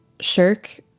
Shirk